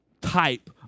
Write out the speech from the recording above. type